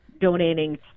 donating